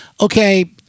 Okay